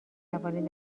توانید